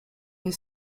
les